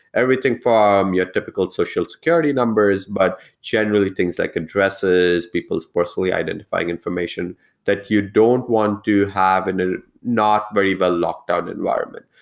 everything from um your typical social security numbers, but generally things like addresses, people's personally identifying information that you don't want to have in a not very well-locked out environment.